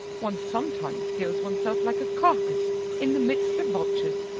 one sometimes feels oneself like a carcase in the midst of vultures.